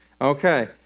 Okay